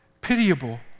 pitiable